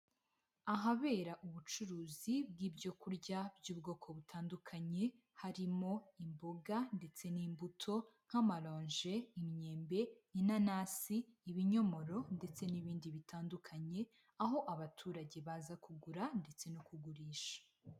Ahabera ubucuruzi bw'ibyo kurya by'ubwoko butandukanye, harimo imboga ndetse n'imbuto nk'amaronje, imyembe, inanasi, ibinyomoro ndetse n'ibindi bitandukanye, aho abaturage baza kugura ndetse no kugurisha.